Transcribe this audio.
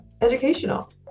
educational